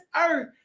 earth